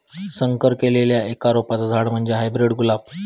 संकर केल्लल्या एका रोपाचा झाड म्हणजे हायब्रीड गुलाब